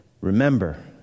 remember